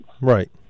Right